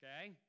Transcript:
Okay